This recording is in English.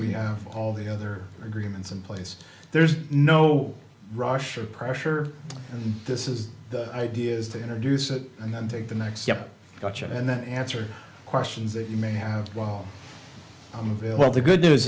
we have all the other agreements in place there's no rush or pressure and this is the idea is to introduce it and then take the next step gotcha and then answer questions that you may have real well the good news